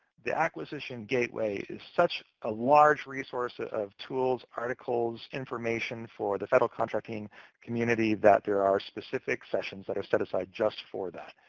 the acquisition gateway is such a large resource of tools, articles, information for the federal contracting community, that there are specific sessions that are set aside just for that.